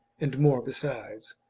and more besides.